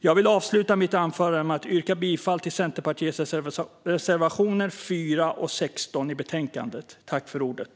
Jag vill avsluta mitt anförande med att yrka bifall till Centerpartiets reservationer 4 och 15 i betänkandet.